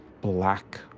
black